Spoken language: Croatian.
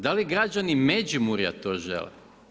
Da li građani Međimurja to žele?